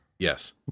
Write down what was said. Yes